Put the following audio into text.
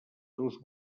seus